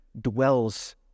dwells